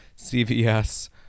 CVS